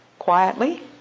quietly